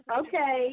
okay